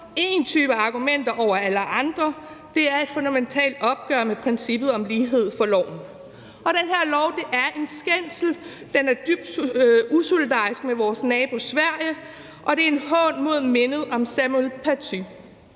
én type af argumenter over alle andre er et fundamentalt opgør med princippet om lighed for loven. Den her lov er en skændsel. Den er dybt usolidarisk over for vores nabo Sverige, og den er en hån mod mindet om Samuel Paty,